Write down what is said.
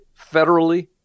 federally